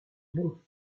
bon